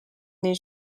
nii